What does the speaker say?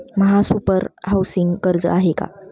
महासुपर हाउसिंग कर्ज आहे का?